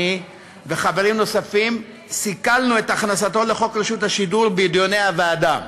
אני וחברים נוספים סיכלנו את הכנסתו לחוק השידור הציבורי בדיוני הוועדה.